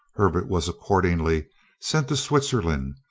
herbert was accordingly sent to switzerland,